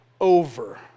over